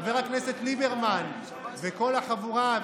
חבר הכנסת ליברמן וכל החבורה,